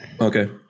Okay